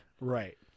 Right